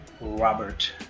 Robert